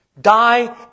die